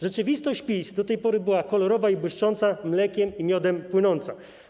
Rzeczywistość PiS do tej pory była kolorowa i błyszcząca, mlekiem i miodem płynąca.